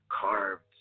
carved